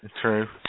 True